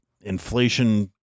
inflation